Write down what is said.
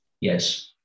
Yes